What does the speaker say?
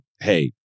hey